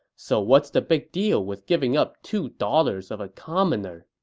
so what's the big deal with giving up two daughters of a commoner?